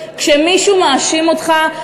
כשמישהו מאשים אותך,